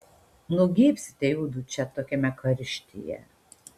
nugeibsite judu čia tokiame karštyje